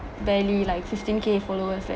barely like fifteen k followers